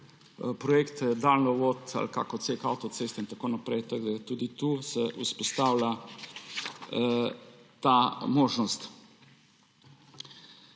projekte, daljnovod ali kak odsek avtoceste in tako naprej, tako da tudi tu se vzpostavlja ta možnost.